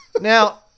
Now